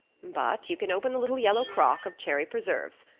but you can open the little yellow crock of cherry preserves.